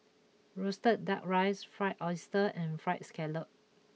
Roasted Duck Rice Fried Oyster and Fried Scallop